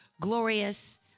glorious